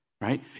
right